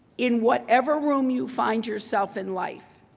in whatever room you find yourself in life,